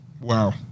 Wow